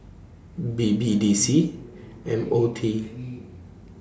B B D C M O T